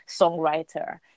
songwriter